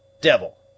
DEVIL